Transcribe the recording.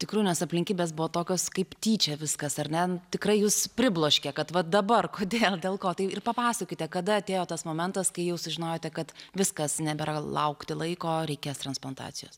tikru nes aplinkybės buvo tokios kaip tyčia viskas ar ne tikrai jus pribloškė kad va dabar kodėl dėl ko tai ir papasakokite kada atėjo tas momentas kai jau sužinojote kad viskas nebėra laukti laiko reikės transplantacijos